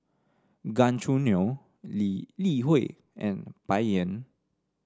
Gan Choo Neo Lee Li Hui and Bai Yan